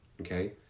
okay